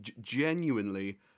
genuinely